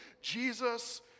Jesus